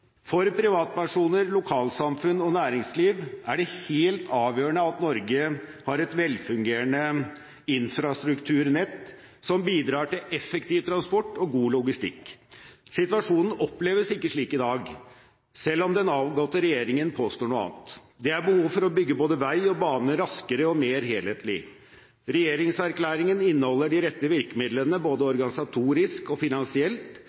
For privatpersoner, lokalsamfunn og næringsliv er det helt avgjørende at Norge har et velfungerende infrastrukturnett som bidrar til effektiv transport og god logistikk. Situasjonen oppleves ikke slik i dag, selv om den avgåtte regjeringen påstår noe annet. Det er behov for å bygge både vei og baner raskere og mer helhetlig. Regjeringserklæringen inneholder de rette virkemidlene både organisatorisk og finansielt